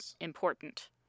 important